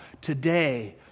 today